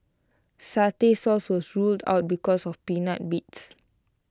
Satay Sauce was ruled out because of peanut bits